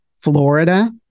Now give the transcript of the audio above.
Florida